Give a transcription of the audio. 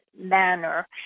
manner